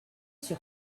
sur